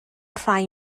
rhai